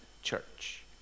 church